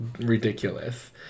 ridiculous